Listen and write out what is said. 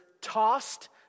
tossed